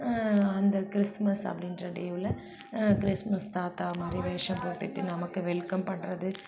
அந்த கிறிஸ்மஸ் அப்படின்ற டேவில் கிறிஸ்மஸ் தாத்தா மாதிரி வேஷம் போட்டுகிட்டு நமக்கு வெல்கம் பண்ணுறது